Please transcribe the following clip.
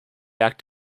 act